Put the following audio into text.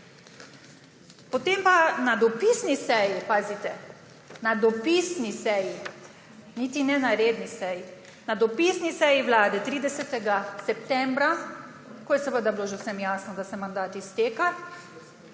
Potem pa na dopisni seji, pazite, na dopisni seji, niti ne na redni seji, na dopisni seji Vlade 30. septembra, ko je seveda bilo že vsem jasno, da se mandat izteka,